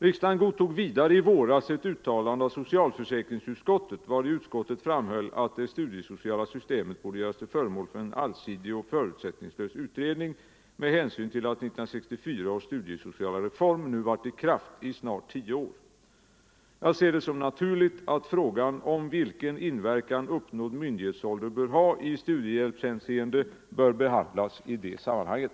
Riksdagen godtog vidare i våras ett uttalande av socialförsäkringsutskottet, vari utskottet framhöll att det studiesociala systemet borde göras till föremål för en allsidig och förutsättningslös utredning med hänsyn till att 1964 års studiesociala reform nu varit i kraft i snart tio år . Jag ser det som naturligt att frågan om vilken inverkan uppnådd myndighetsålder bör ha i studiehjälpshänseende skall behandlas i det sammanhanget.